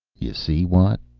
you see, watt?